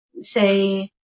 say